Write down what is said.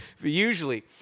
Usually